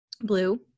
Blue